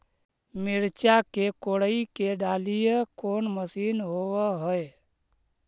मिरचा के कोड़ई के डालीय कोन मशीन होबहय?